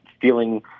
feeling